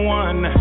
one